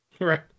Right